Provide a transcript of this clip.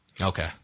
Okay